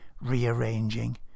rearranging